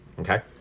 Okay